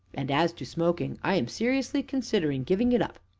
and, as to smoking, i am seriously considering giving it up.